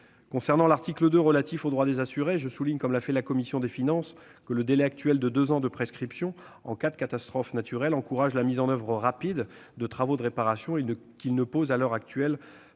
Concernant l'article 2 relatif aux droits des assurés, je souligne, comme l'a fait la commission des finances, que le délai de prescription actuel de deux ans en cas de catastrophe naturelle encourage la mise en oeuvre rapide des travaux de réparation et qu'il ne pose à l'heure actuelle